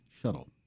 shuttle